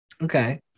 Okay